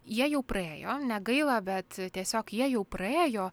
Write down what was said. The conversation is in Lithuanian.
jie jau praėjo negaila bet tiesiog jie jau praėjo